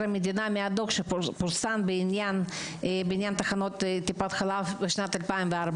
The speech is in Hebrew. המדינה מהדוח שפורסם בעניין תחנות טיפת החלב ב-2014.